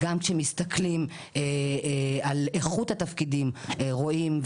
גם כשמסתכלים על איכות התפקידים רואים,